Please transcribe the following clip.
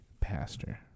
pastor